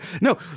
No